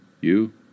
you